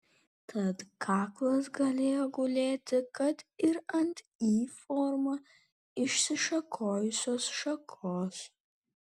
tad kaklas galėjo gulėti kad ir ant y forma išsišakojusios šakos